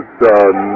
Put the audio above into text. son